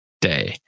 day